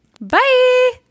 Bye